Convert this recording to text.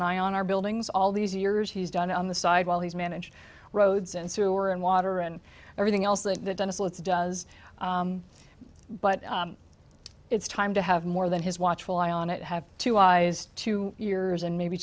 an eye on our buildings all these years he's done on the side while he's managed roads and sewer and water and everything else that dennis letts does but it's time to have more than his watchful eye on it have two eyes two ears and maybe